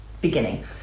beginning